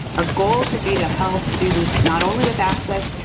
ah goal should be to help students not only with access,